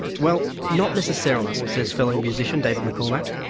well, not necessarily, says fellow musician, david mccormack.